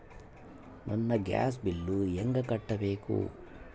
ನನ್ನ gas bill ಹೆಂಗ ಕಟ್ಟಬೇಕು?